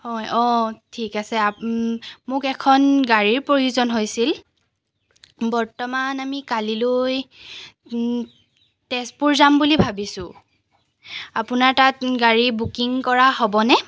হয় অঁ ঠিক আছে আপ মোক এখন গাড়ীৰ প্ৰয়োজন হৈছিল বৰ্তমান আমি কালিলৈ তেজপুৰ যাম বুলি ভাবিছোঁ আপোনাৰ তাত গাড়ী বুকিং কৰা হ'বনে